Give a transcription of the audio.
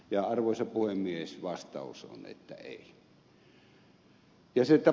ja arvoisa puhemies vastaus on että eivät